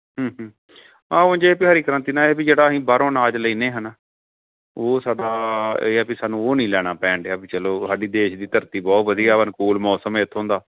ਆਹੋ ਜੇ ਕੋਈ ਹਰੀ ਕ੍ਰਾਂਤੀ ਨਾ ਇਹ ਵੀ ਜਿਹੜਾ ਅਸੀਂ ਬਾਹਰੋਂ ਅਨਾਜ ਲੈਂਦੇ ਹਾਂ ਨਾ ਉਹ ਸਾਡਾ ਇਹ ਹੈ ਵੀ ਸਾਨੂੰ ਉਹ ਨੀ ਲੈਣਾ ਪੈਣ ਡਿਆ ਵੀ ਚਲੋ ਸਾਡੀ ਦੇਸ਼ ਦੀ ਧਰਤੀ ਬਹੁਤ ਵਧੀਆ ਵਾ ਅਨਕੂਲ ਮੌਸਮ ਹੈ ਇੱਥੋਂ ਦਾ